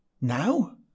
Now